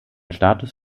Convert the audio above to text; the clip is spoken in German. status